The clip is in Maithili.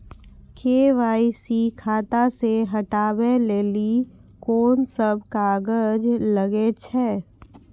के.वाई.सी खाता से हटाबै लेली कोंन सब कागज लगे छै?